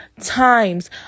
times